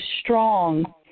strong